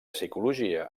psicologia